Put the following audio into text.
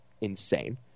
insane